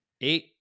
eight